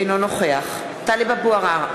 אינו נוכח טלב אבו עראר,